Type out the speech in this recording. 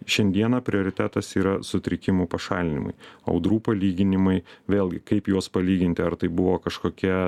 šiandieną prioritetas yra sutrikimų pašalinimui audrų palyginimai vėlgi kaip juos palyginti ar tai buvo kažkokia